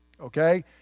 okay